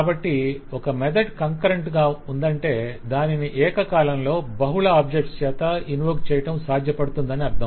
కాబట్టి ఒక method concurrent గా ఉందంటే దానిని ఏక కాలంలో బహుళ ఆబ్జెక్ట్స్ చేత ఇన్వోక్ చేయడం సాధ్యపడుతుందని అర్ధం